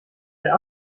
der